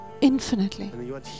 infinitely